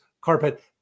carpet